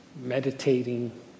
meditating